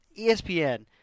ESPN